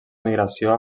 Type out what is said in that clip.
migració